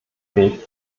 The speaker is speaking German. trägt